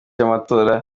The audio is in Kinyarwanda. y’amatora